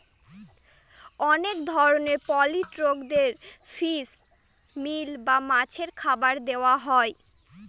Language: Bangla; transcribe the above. অনেক ধরনের পোল্ট্রিদের ফিশ মিল বা মাছের খাবার দেওয়া হয়